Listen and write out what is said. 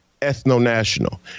ethno-national